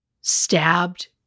stabbed